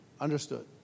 Understood